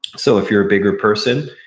so if you're a bigger person,